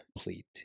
complete